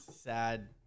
Sad